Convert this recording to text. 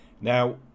Now